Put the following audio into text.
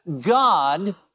God